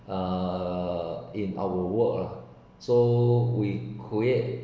err in our work lah so we create